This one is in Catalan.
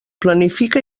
planifica